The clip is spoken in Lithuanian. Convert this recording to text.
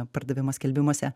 pardavimo skelbimuose